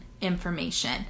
information